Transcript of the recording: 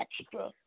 extra